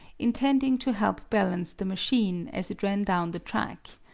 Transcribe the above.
intending to help balance the machine as it ran down the track.